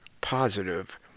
positive